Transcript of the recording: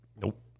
Nope